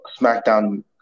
SmackDown